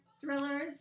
thrillers